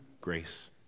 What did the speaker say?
grace